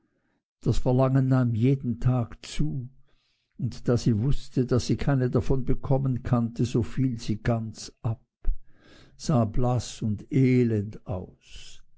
das verlangen nahm jeden tag zu und da sie wußte daß sie keine davon bekommen konnte so fiel sie ganz ab sah blaß und elend aus